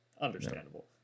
understandable